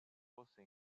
fosse